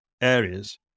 areas